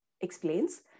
explains